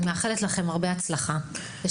אני מאחלת לכם הצלחה רבה.